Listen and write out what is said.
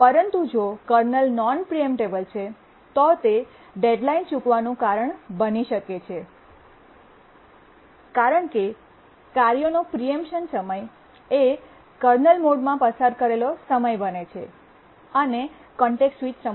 પરંતુ જો kernel non preemptable છે તો તે ડેડ્લાઇન ચૂકવાનું કારણ બની શકે છે કારણ કે કાર્યોનો પ્રીએમ્પશન સમય એ કર્નલ મોડમાં પસાર કરેલો સમય બને છે અને કોન્ટેક્સટ સ્વિચ સમય